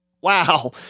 Wow